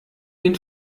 den